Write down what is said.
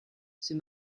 c’est